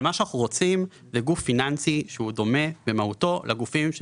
מה שאנחנו רוצים לגוף פיננסי שהוא דומה במהותו לגופים.